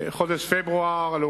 בחודש פברואר זה